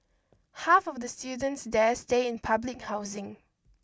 half of the students there stay in public housing